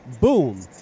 Boom